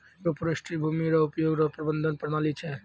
agroforestry भूमी रो उपयोग रो प्रबंधन प्रणाली छै